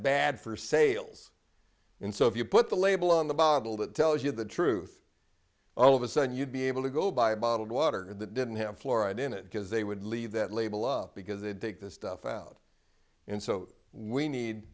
bad for sales and so if you put the label on the bottle that tells you the truth all of a sudden you'd be able to go buy a bottled water that didn't have fluoride in it because they would leave that label up because they'd take the stuff out and so we need